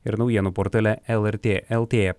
ir naujienų portale lrt lt